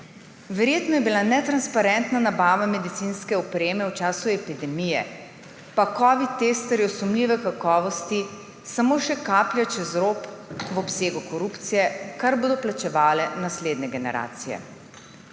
Verjetno je bila netransparentna nabava medicinske opreme v času epidemije pa covid testerjev sumljive kakovosti samo še kaplja čez rob v obsegu korupcije, kar bodo plačevale naslednje generacije.